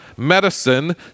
Medicine